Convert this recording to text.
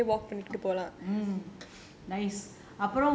mm